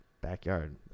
backyard